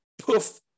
poof